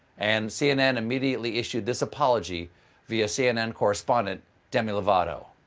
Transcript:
and cnn immediately issued this apology via cnn correspondent demi lovato.